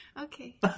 okay